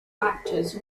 actors